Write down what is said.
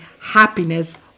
happiness